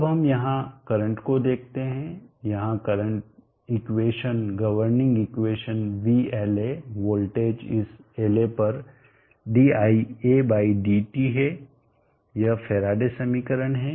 अब हम यहाँ करंट को देखते हैं यहाँ current equation governing equation vla voltage इस La पर diadt यह फैराडे समीकरण है